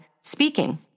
speaking